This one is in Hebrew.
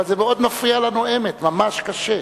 אבל זה מפריע מאוד לנואמת, זה ממש קשה.